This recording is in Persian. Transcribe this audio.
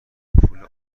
پول